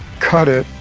cut it,